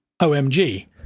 OMG